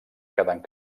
quedant